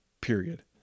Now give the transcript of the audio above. period